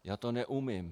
Já to neumím.